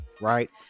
right